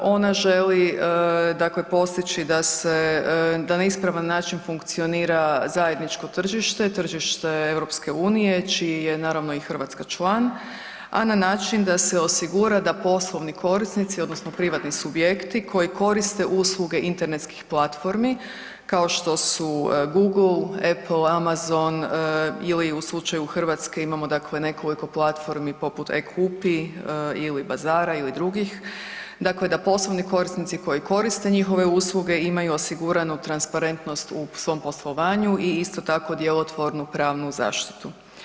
Ona želi postići da na ispravan način funkcionira zajedničko tržište, tržište EU čiji je naravno i Hrvatska član, a na način da se osigura da poslovni korisnici odnosno privatni subjekti koji koriste usluge internetskih platformi kao što su Google, Apple, Amazon ili u slučaju Hrvatske imamo nekoliko platformi poput e-Kupi ili Bazara ili drugih, dakle da poslovni korisnici koji koriste njihove usluge imaju osiguranu transparentnost u svom poslovanju i isto tako djelotvornu pravnu zaštitu.